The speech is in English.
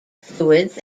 fluids